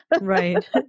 Right